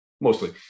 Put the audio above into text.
mostly